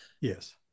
Yes